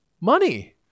Money